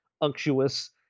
unctuous